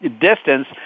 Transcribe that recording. distance